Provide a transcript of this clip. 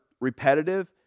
repetitive